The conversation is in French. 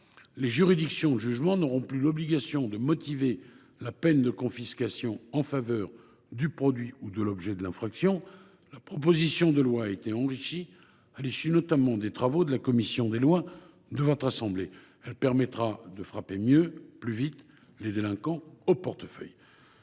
les juridictions de jugement n’auront plus l’obligation de motiver la peine de confiscation en valeur du produit ou de l’objet de l’infraction. La proposition de loi a été enrichie à l’issue notamment des travaux de la commission des lois de votre assemblée. Elle permettra de frapper mieux et plus vite les délinquants au portefeuille.